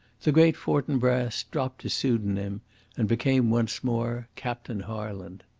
the great fortinbras dropped his pseudonym and became once more captain harland.